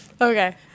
Okay